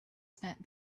spent